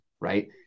right